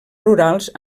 rurals